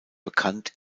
bekannt